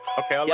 okay